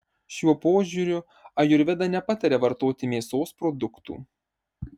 šiuo požiūriu ajurveda nepataria vartoti mėsos produktų